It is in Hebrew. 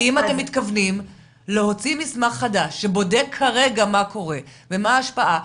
האם אתם מתכוונים להוציא מסמך חדש שבודק כרגע מה קורה ומה ההשפעה,